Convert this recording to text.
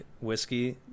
whiskey